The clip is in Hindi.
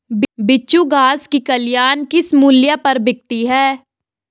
बिच्छू घास की कलियां किस मूल्य पर बिकती हैं?